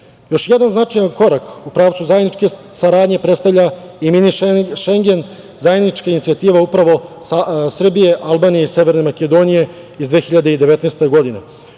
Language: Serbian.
jedan značajan korak u pravcu zajedničke saradnje, predstavlja i mini Šengen, zajednička inicijativa Srbije, Albanije i Severne Makedonije, iz 2019. godine,